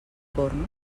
porno